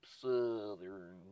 southern